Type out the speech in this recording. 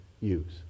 use